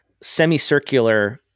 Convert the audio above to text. semicircular